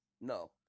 No